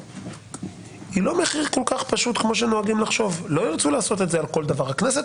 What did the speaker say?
הרבה יותר מתאים בתקנון הכנסת